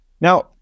Now